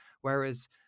whereas